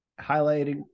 highlighting